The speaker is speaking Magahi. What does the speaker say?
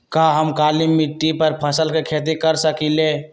का हम काली मिट्टी पर फल के खेती कर सकिले?